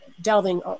delving